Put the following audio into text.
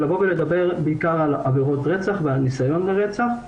לדבר בעיקר על עבירות רצח ועל ניסיון לרצח.